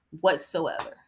whatsoever